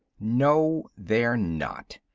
no they're not.